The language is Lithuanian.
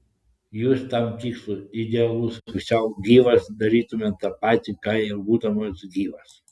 jūs tam tikslui idealus pusiau gyvas darytumėte tą patį ką ir būdamas gyvas